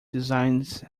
designs